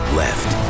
left